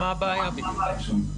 מה הבעיה כאן?